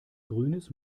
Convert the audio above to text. grünes